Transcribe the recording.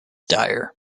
dire